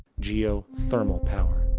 geothermal power.